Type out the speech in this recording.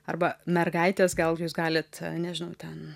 arba mergaitės gal jūs galit nežinau ten